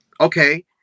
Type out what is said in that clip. okay